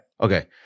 Okay